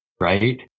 Right